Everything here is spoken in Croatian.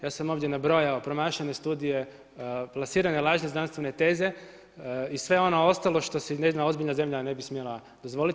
Ja sam ovdje nabrojao promašene studije, plasirane lažne znanstvene teze i sve ono ostalo što si jedna ozbiljna zemlja ne bi smjela dozvoliti.